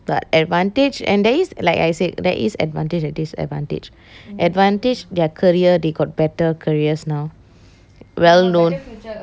but advantage and there is like I said there is advantage and disadvantage advantage their career they got better careers now well known